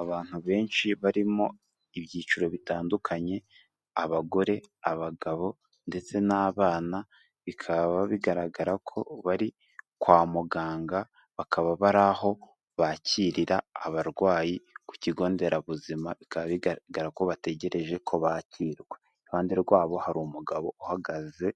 Abantu benshi barimo ibyiciro bitandukanye abagore, abagabo ndetse n'abana bikaba bigaragara ko bari kwa muganga bakaba bari aho bakirira abarwayi ku kigo nderabuzima bikaba bigaragara ko bategereje ko bakirwa, iruhande rwabo hari umugabo uhagaze